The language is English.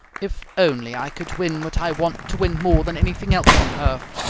if only i could win what i want to win more than anything else on earth!